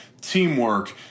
teamwork